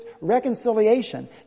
reconciliation